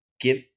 give